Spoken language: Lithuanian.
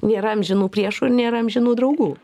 nėra amžinų priešų ir nėra amžinų draugų